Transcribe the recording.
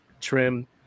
trim